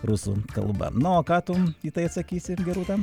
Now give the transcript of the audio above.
rusų kalba na o ką tu į tai atsakysi irgi rūta